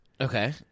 Okay